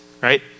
right